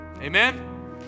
Amen